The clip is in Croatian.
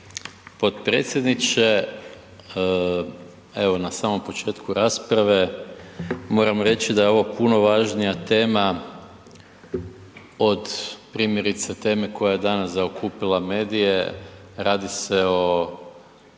potpredsjedniče. Evo, na samom početku rasprave moram reći da je ovo puno važnija tema od primjerice teme koja je danas zaokupila medije, radi se o